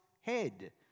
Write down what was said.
head